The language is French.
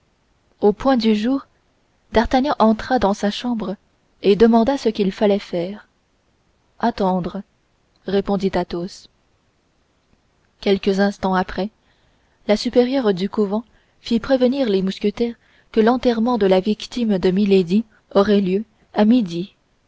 au point du jour d'artagnan entra dans sa chambre et demanda ce qu'il fallait faire attendre répondit athos quelques instants après la supérieure du couvent fit prévenir les mousquetaires que l'enterrement de la victime de milady aurait lieu à midi